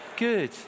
Good